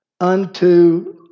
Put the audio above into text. unto